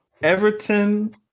Everton